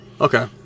Okay